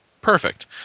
Perfect